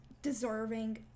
deserving